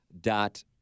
dot